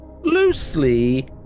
loosely